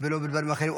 וזה לא בדברים אחרים?